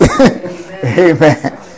Amen